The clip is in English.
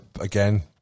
again